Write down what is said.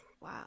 Wow